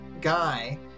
guy